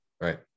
right